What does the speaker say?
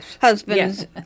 husband's